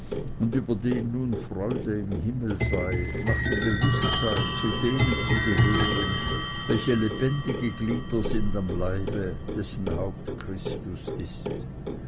und über den nun freude im himmel sei nach dem bewußtsein zu denen zu gehören welche lebendige glieder sind am leibe dessen haupt christus ist